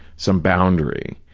some boundary.